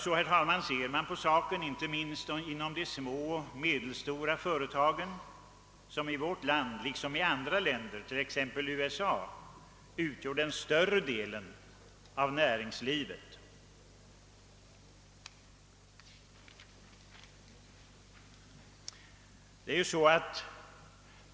Så, herr talman, ser man på saken inte minst inom de små och medelstora företagen som i vårt land liksom i andra länder, t.ex. USA, utgör den större delen av näringslivet.